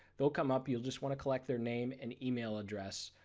will come up. you will just want to collect their name and email address,